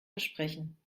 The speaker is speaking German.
versprechen